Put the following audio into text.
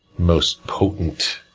most potent,